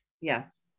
Yes